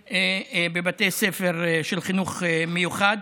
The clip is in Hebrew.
לבתי ספר של החינוך המיוחד.